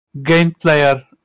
Gameplayer